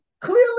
Clearly